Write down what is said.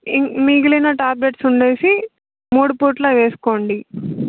ఇ మిగిలిన టాబ్లెట్స్ ఉన్నవి మూడు పూట్ల వేసుకోండి